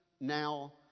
now